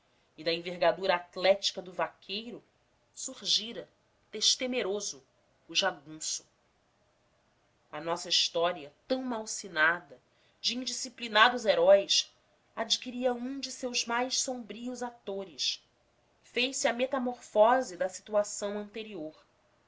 e da envergadura atlética do vaqueiro surgira destemeroso o jagunço a nossa história tão malsinada de indisciplinados heróis adquiria um de seus mais sombrios atores fez-se a metamorfose da situação anterior